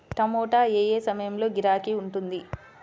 టమాటా ఏ ఏ సమయంలో గిరాకీ ఉంటుంది?